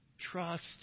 Trust